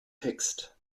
text